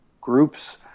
groups